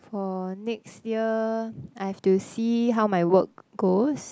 for next year I've to see how my work goes